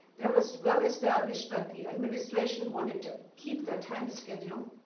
that was well-established, but the administration wanted to keep their time schedule,